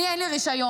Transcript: אין לי רישיון,